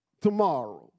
tomorrow